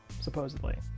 supposedly